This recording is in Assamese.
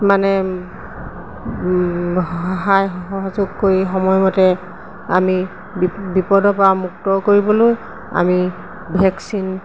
মানে সহায় সহযোগ কৰি সময়মতে আমি বিপদৰপৰা মুক্ত কৰিবলৈ আমি ভেকচিন